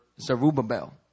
Zerubbabel